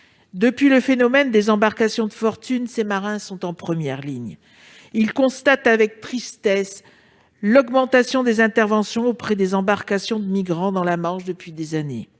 le phénomène des « embarcations de fortune », ces marins sont en première ligne. Ils constatent avec tristesse l'augmentation des interventions auprès d'embarcations de migrants dans la Manche depuis des années.